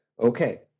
Okay